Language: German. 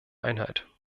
einheit